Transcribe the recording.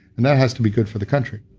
and that has to be good for the country.